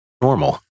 normal